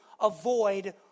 avoid